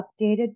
updated